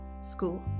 school